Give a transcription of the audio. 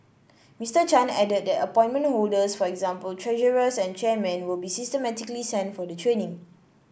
Mister Chan added that appointment holders for example treasurers and chairmen will be systematically sent for the training